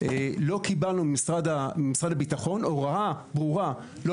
לא קיבלנו ממשרד הביטחון הוראה ברורה לא